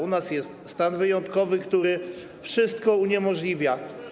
U nas jest stan wyjątkowy, który wszystko uniemożliwia.